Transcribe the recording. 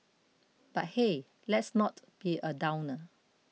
but hey let's not be a downer